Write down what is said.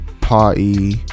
Party